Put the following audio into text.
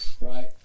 right